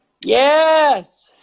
Yes